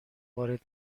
وارد